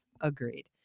Agreed